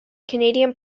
canadian